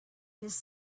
his